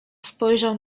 spojrzał